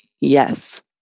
Yes